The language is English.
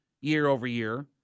year-over-year